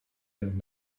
and